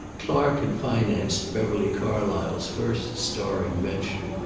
clark had financed beverly carlysle's first starring venture.